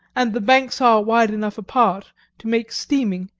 and the banks are wide enough apart to make steaming,